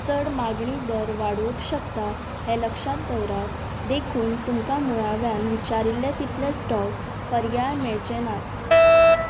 चड मागणी दर वाडोवक शकता हें लक्षात दवरात देखून तुमकां मुळाव्यान विचारिल्ले तितले स्टॉक पर्याय मेळचे नात